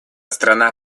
страна